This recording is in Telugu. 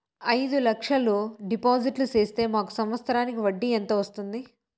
అయిదు లక్షలు డిపాజిట్లు సేస్తే మాకు సంవత్సరానికి వడ్డీ ఎంత వస్తుంది?